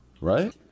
Right